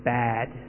bad